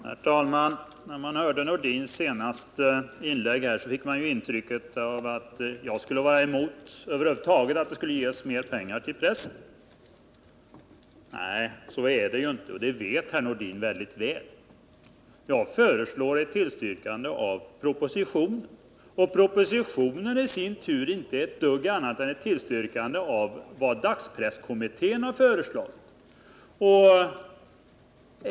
Herr talman! Sven-Erik Nordins senaste inlägg gav ett intryck av att jag över huvud taget skulle vara emot att det gavs mer pengar till pressen. Nej, så är det inte, och det vet Sven-Erik Nordin mycket väl. Jag föreslår att propositionsförslaget skall bifallas. Det förslaget innebär i sin tur inte något annat än ett tillstyrkande av vad dagspresskommittén har föreslagit.